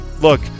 look